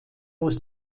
aus